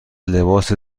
لباس